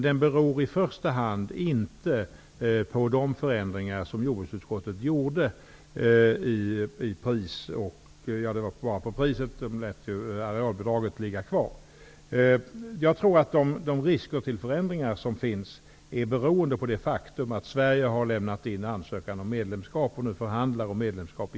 Den beror i första hand inte på de förändringar som jordbruksutskottet gjorde när det gäller prisnivåer -- arealbidraget lät man ju ligga kvar. Jag tror att de risker för förändringar som finns beror på det faktum att Sverige har lämnat in ansökan om EG-medlemskap och nu förhandlar om medlemskap.